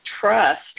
trust